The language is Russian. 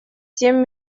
семь